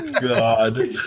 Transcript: God